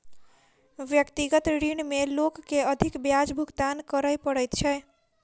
व्यक्तिगत ऋण में लोक के अधिक ब्याज भुगतान करय पड़ैत छै